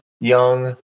young